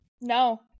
No